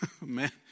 man